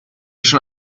schon